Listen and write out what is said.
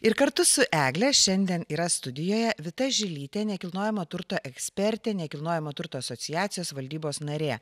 ir kartu su egle šiandien yra studijoje vita žilytė nekilnojamo turto ekspertė nekilnojamo turto asociacijos valdybos narė